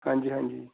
ਹਾਂਜੀ ਹਾਂਜੀ